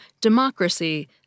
democracy